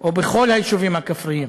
או בכל היישובים הכפריים.